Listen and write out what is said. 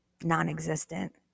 non-existent